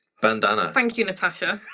bandana. thank you, natasha.